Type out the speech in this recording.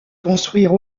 construire